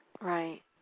Right